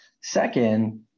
Second